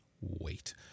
wait